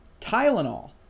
Tylenol